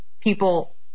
people